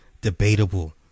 Debatable